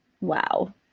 Wow